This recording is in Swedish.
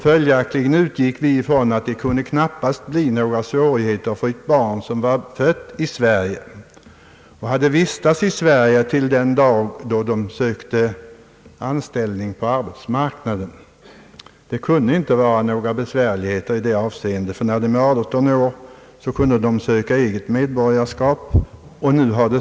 Följaktligen utgick vi från att det knappast kan bli några svårigheter för ett barn som är fött i Sverige och har vistats i Sverige till den dag då man söker anställning på arbetsmarknaden. När barnet är 18 år kan det för övrigt söka eget medborgarskap.